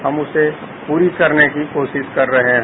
हम उसे पूरी करने की कोशिश कर रहे हैं